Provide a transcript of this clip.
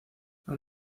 aún